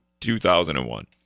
2001